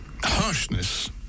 Harshness